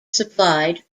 supplied